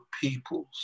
peoples